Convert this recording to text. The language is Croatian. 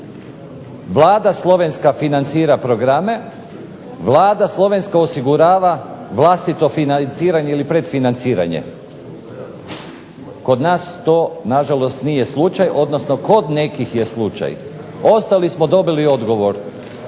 Vlada slovenska financira programe, Vlada slovenska osigurava vlastito financiranje ili predfinanciranje. Kod nas to na žalost nije slučaj, odnosno kod nekih je slučaj. Ostali smo dobili odgovor,